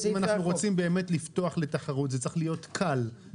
אם אנחנו רוצים באמת לפתוח לתחרות זה צריך להיות קל.